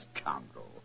scoundrel